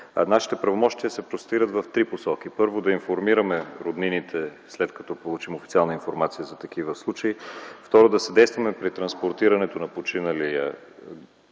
Нашите правомощия се простират в три посоки. Първо, да информираме роднините, след като получим официална информация за такива случаи. Второ, да съдействаме при транспортирането на починалия